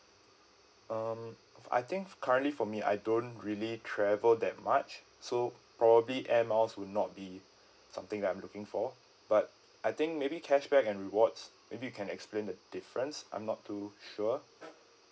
um fo~ I think f~ currently for me I don't really travel that much so probably air miles would not be something that I'm looking for but I think maybe cashback and rewards maybe you can explain the difference I'm not too sure